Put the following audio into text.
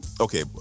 Okay